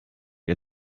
ihr